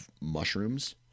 mushrooms